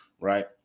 right